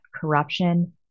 corruption